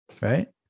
Right